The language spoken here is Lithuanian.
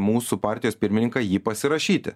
mūsų partijos pirmininką jį pasirašyti